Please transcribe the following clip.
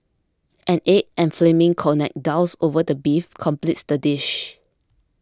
an egg and flaming cognac doused over the beef completes the dish